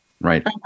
Right